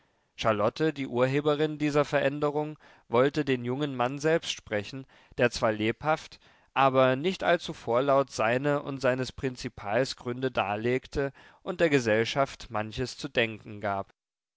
charlotte die urheberin dieser veränderung wollte den jungen mann selbst sprechen der zwar lebhaft aber nicht allzu vorlaut seine und seines prinzipals gründe darlegte und der gesellschaft manches zu denken gab